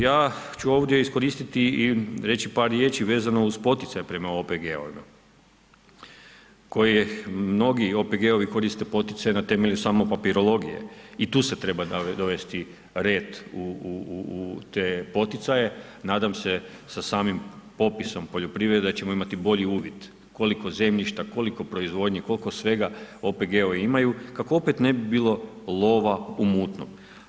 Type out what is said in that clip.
Ja ću ovdje iskoristiti i reći par riječi vezano uz poticaje prema OPG-ovima koje mnogi OPG-ovi koriste poticaj na temelju samo papirologije i tu se treba dovesti red u te poticaje, nadam se sa samim popisom poljoprivrede da ćemo imati bolji uvid, koliko zemljišta, koliko proizvodnje, koliko svega, OPG-ovi imaju, kako opet ne bi bilo lova u mutnom.